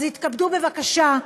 אז התכבדו, בבקשה,